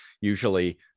usually